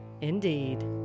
indeed